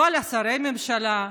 לא על שרי הממשלה,